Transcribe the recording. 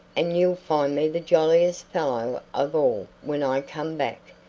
and you'll find me the jolliest fellow of all when i come back.